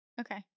Okay